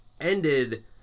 ended